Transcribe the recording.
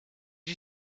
you